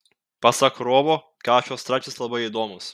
pasak rovo kašio straipsnis labai įdomus